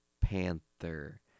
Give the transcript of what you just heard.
Panther